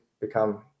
become –